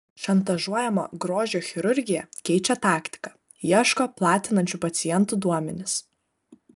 šantažuojama grožio chirurgija keičia taktiką ieško platinančių pacientų duomenis